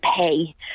pay